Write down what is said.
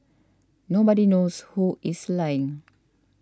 nobody knows who is lying